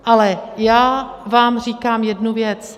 Ale já vám říkám jednu věc.